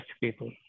people